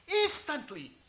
instantly